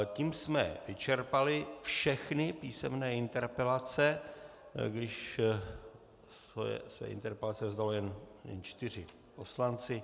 Tím jsme vyčerpali všechny písemné interpelace, když se interpelace vzdali jen čtyři poslanci.